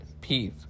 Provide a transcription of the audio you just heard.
Peace